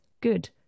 good